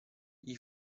gli